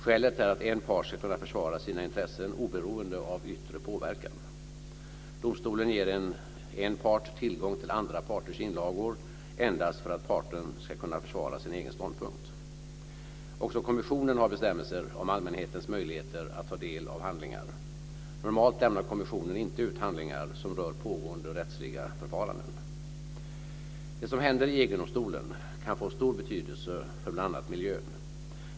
Skälet är att en part ska kunna försvara sina intressen oberoende av yttre påverkan. Domstolen ger en part tillgång till andra parters inlagor endast för att parten ska kunna försvara sin egen ståndpunkt. Också kommissionen har bestämmelser om allmänhetens möjligheter att ta del av handlingar. Normalt lämnar kommissionen inte ut handlingar som rör pågående rättsliga förfaranden. Det som händer i EG-domstolen kan få stor betydelse för bl.a. miljön.